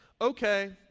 okay